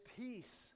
peace